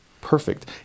perfect